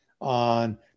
on